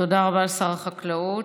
תודה רבה לשר החקלאות.